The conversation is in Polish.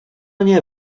nie